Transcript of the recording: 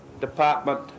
Department